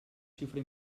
xifra